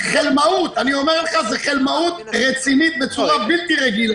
חלמאות רצינית בצורה בלתי רגילה.